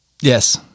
yes